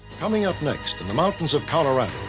coming up next, in the mountains of colorado,